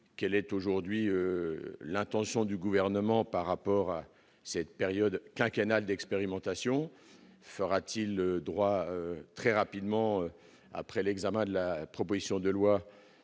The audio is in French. quelle est aujourd'hui l'intention du gouvernement par rapport à cette période quinquennale d'expérimentation fera-t-il droit très rapidement après l'examen de la proposition de loi